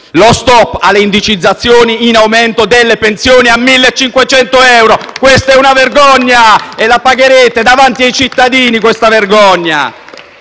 lo stop alle indicizzazioni in aumento delle pensioni a 1.500 euro. Questa è una vergogna e la pagherete davanti ai cittadini. *(Applausi dal